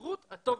יקרה.